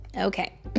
Okay